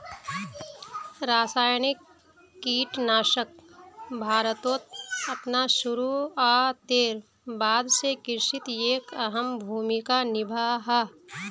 रासायनिक कीटनाशक भारतोत अपना शुरुआतेर बाद से कृषित एक अहम भूमिका निभा हा